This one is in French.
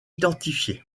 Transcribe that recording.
identifiés